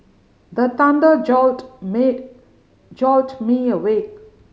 the thunder jolt mid jolt me awake